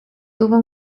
tuvo